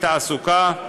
התעסוקה,